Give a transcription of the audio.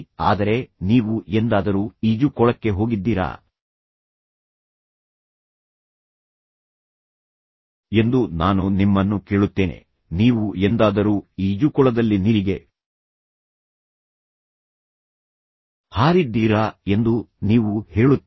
ಆದರೆ ನೀವು ಎಂದಾದರೂ ಈಜುಕೊಳಕ್ಕೆ ಹೋಗಿದ್ದೀರಾ ಎಂದು ನಾನು ನಿಮ್ಮನ್ನು ಕೇಳುತ್ತೇನೆ ನೀವು ಎಂದಾದರೂ ಈಜುಕೊಳದಲ್ಲಿ ನೀರಿಗೆ ಹಾರಿದ್ದೀರಾ ಎಂದು ನೀವು ಹೇಳುತ್ತೀರಿ